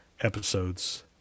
episodes